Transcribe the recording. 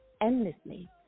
endlessly